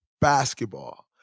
basketball